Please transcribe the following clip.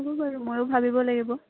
হ'ব বাৰু ময়ো ভাবিব লাগিব